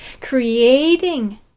creating